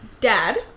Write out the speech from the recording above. dad